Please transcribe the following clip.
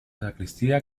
sacristía